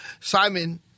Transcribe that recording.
Simon